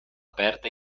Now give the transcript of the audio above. aperta